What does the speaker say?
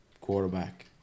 quarterback